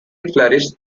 flourished